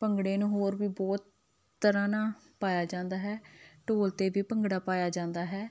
ਭੰਗੜੇ ਨੂੰ ਹੋਰ ਵੀ ਬਹੁਤ ਤਰ੍ਹਾਂ ਨਾਲ ਪਾਇਆ ਜਾਂਦਾ ਹੈ ਢੋਲ 'ਤੇ ਵੀ ਭੰਗੜਾ ਪਾਇਆ ਜਾਂਦਾ ਹੈ